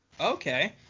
Okay